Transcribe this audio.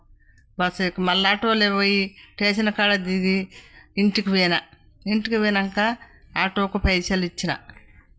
bus ఎక్కి మళ్ళీ ఆటోలో పోయి టేషన్ కాడ దిగి ఇంటికి పోయిన ఇంటికి పోయినాక ఆటోకు పైసలు ఇచ్చిన